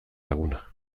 laguna